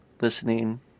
listening